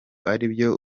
aribyo